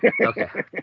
Okay